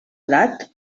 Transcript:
edat